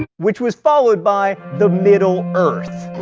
which was followed by the middle earth.